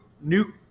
new